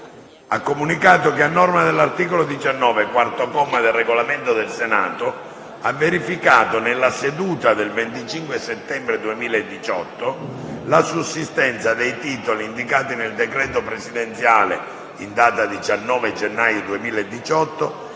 ha comunicato che, a norma dell'articolo 19, quarto comma, del Regolamento del Senato, ha verificato, nella seduta del 25 settembre 2018, la sussistenza dei titoli indicati nel decreto presidenziale, in data 19 gennaio 2018,